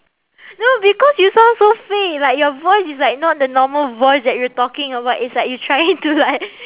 no because you sound so fake like your voice is like not the normal voice that you're talking or what it's like you trying to like